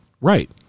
Right